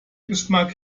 geschmack